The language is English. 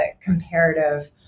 comparative